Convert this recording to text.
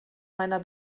meiner